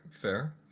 Fair